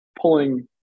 pulling